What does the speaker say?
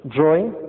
Drawing